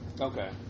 Okay